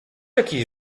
jakiś